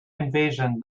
invasion